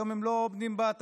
היום הם לא עומדים בתבחינים,